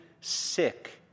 sick